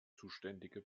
zuständige